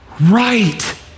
right